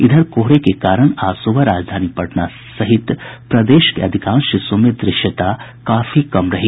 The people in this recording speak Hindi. इधर कोहरे के कारण आज सुबह राजधानी पटना सहित प्रदेश के अधिकांश हिस्सों में दृश्यता काफी कमी रही